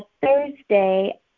Thursday